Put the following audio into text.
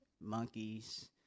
monkeys